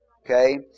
Okay